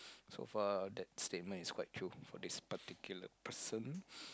so far that statement is quite true for this particular person